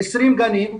20 גנים,